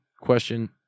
question